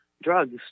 drugs